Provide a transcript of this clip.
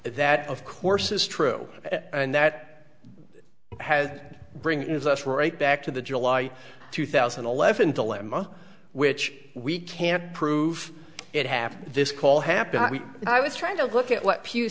that of course is true and that has bring in as us right back to the july two thousand and eleven dilemma which we can't prove it happened this call happened i was trying to look at what